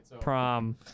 prom